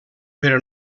però